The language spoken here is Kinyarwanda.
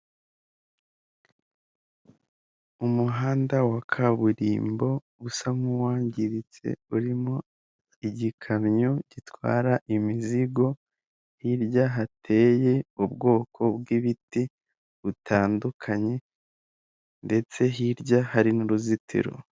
Umuhanda wa kaburimbo usa nkuwangiritse urimo igikamyo gitwara imizigo hirya hateye ubwoko bw'ibiti butandukanye ndetse hirya hari n'uruzitiro.